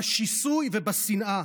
בשיסוי ובשנאה.